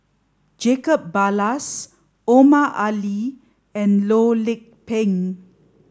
Jacob Ballas Omar Ali and Loh Lik Peng